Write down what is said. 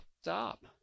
stop